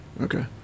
Okay